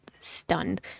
stunned